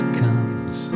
comes